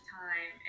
time